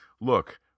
look